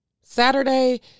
Saturday